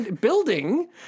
Building